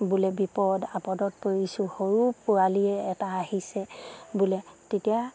বোলে বিপদ আপদত পৰিছোঁ সৰু পোৱালীয়ে এটা আহিছে বোলে তেতিয়া